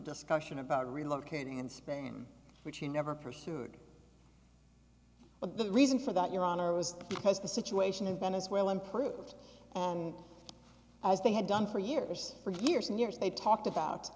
discussion about relocating in spain which he never pursued but the reason for that your honor was because the situation in venezuela improved as they had done for years for years and years they talked about